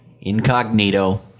Incognito